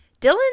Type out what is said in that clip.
Dylan